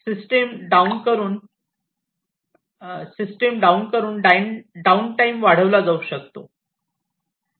system down करून down time time वाढविला जाऊ शकतो